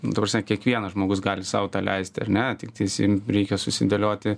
ta prasme kiekvienas žmogus gali sau tą leisti arne tiktais jiem reikia susidėlioti